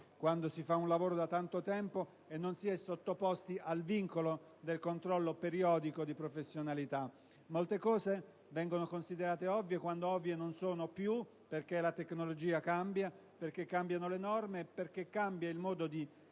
quando si fa un lavoro da tanto tempo e non si è sottoposti al vincolo del controllo periodico di professionalità; molte cose vengono considerate ovvie, quando ovvie non sono più, perché la tecnologia cambia, perché cambiano le norme e perché cambia il modo di